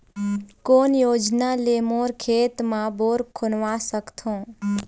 कोन योजना ले मोर खेत मा बोर खुदवा सकथों?